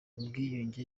ubwiyunge